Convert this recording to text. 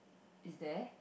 is there